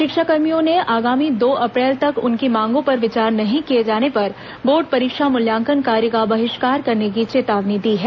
शिक्षाकर्मियों ने आगामी दो अप्रैल तक उनकी मांगों पर विचार नहीं किए जाने पर बोर्ड परीक्षा मूल्यांकन कार्य का बहिष्कार करने की चेतावनी दी है